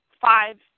five